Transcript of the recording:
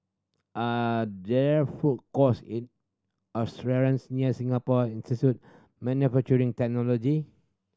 are there food courts near Singapore Institute Manufacturing Technology